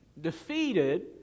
defeated